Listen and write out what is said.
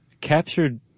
captured